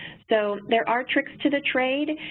so, there are tricks to the trade,